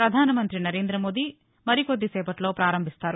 వ్వధానమంతి నరేంద్రమోదీ మరికొద్ది సేవట్లో పారంభిస్తారు